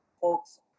folks